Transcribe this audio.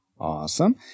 Awesome